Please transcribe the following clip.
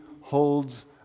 holds